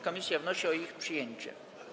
Komisja wnosi o ich przyjęcie.